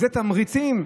זה תמריצים?